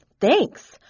Thanks